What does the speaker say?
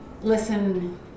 listen